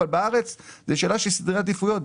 אבל בארץ זה שאלה של סדרי עדיפויות.